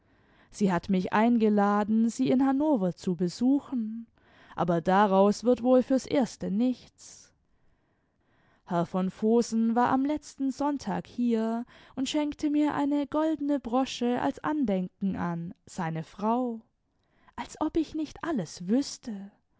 sie hat mich eingeladen sie in hannover zu besuchen aber daraus wird wohl fürs erste nichts herr v vohsen war am letzten sonntag hier und schenkte mir eine goldene brosche als andenken an seine frau als ob ich nicht alles wüßte